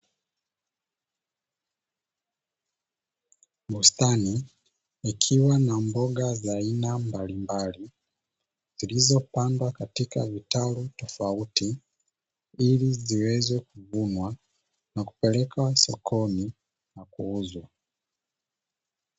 Bustani ikiwa na mboga za aina mbalimbali zilizopandwa katika vitalu tofauti, ili ziweze kuvunwa na kupelekwa sokoni na kuuzwa.